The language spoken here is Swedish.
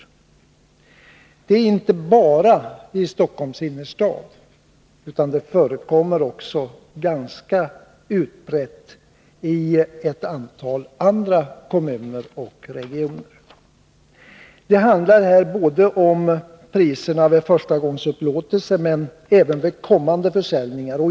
Detta förekommer inte bara i Stockholms innerstad, utan är ganska utbrett även i ett antal andra kommuner och regioner. Det handlar om priserna vid förstagångsöverlåtelser, men även vid kommande försäljningar.